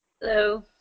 Hello